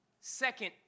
second